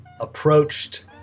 approached